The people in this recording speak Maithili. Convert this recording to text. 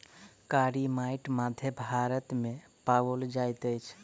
कारी माइट मध्य भारत मे पाओल जाइत अछि